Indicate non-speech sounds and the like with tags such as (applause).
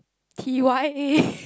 T Y A (laughs)